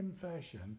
confession